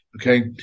okay